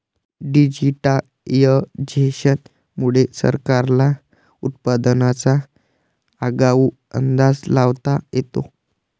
digitisation मुळे सरकारला उत्पादनाचा आगाऊ अंदाज लावता येतो